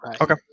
Okay